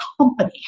company